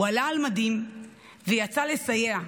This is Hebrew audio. הוא עלה על מדים ויצא לסייע,